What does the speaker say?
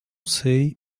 sei